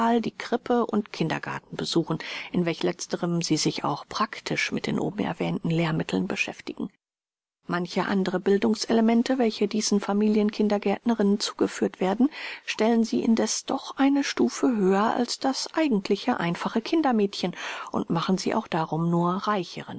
die krippe und kindergarten besuchen in welch letzterem sie sich auch practisch mit den obenerwähnten lehrmitteln beschäftigen manche andre bildungselemente welche diesen familien kindergärtnerinnen zugeführt werden stellen sie indessen doch eine stufe höher als das eigentliche einfache kindermädchen und machen sie auch darum nur reicheren